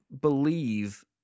believe